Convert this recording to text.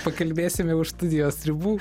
pakalbėsime už studijos ribų